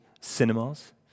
cinemas